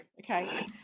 Okay